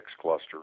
cluster